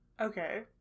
Okay